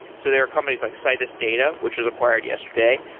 so there are companies like citus data, which was acquired yesterday,